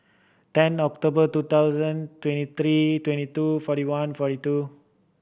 ten October two thousand twenty three twenty two forty one forty two